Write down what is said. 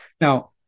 Now